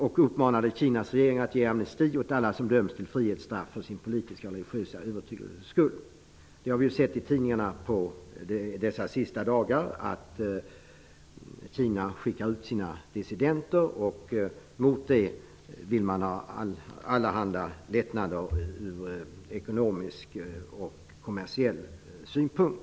Hon uppmanade Kinas regering att ge amnesti åt alla som dömts till frihetsstraff för sin politiska och religiösa övertygelses skull. De senaste dagarna har vi sett i tidningarna att Kina skickar ut sina dissidenter, och i utbyte mot det vill de ha allehanda ekonomiska och kommersiella lättnader.